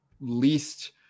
least